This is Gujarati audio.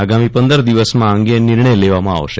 આગામી પંદર દિવસમાં આ અંગે નિર્ણય લેવામાં આવશે